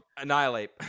Annihilate